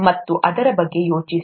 ಮತ್ತು ಅದರ ಬಗ್ಗೆ ಯೋಚಿಸಿ